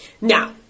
now